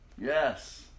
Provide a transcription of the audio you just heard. Yes